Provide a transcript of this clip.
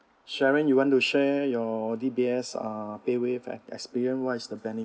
sharon you want to share your D_B_S uh paywave ex~ experience what is the benefit